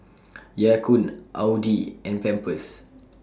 Ya Kun Audi and Pampers